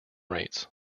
rates